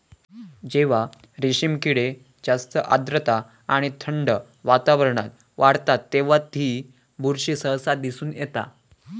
जेव्हा रेशीम किडे जास्त आर्द्रता आणि थंड वातावरणात वाढतत तेव्हा ही बुरशी सहसा दिसून येता